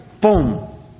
Boom